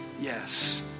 yes